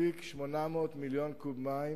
להפיק 800 מיליון קוב מים.